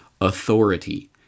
authority